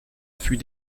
fut